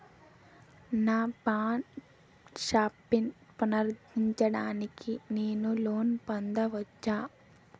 నా పాన్ షాప్ని పునరుద్ధరించడానికి నేను లోన్ పొందవచ్చా?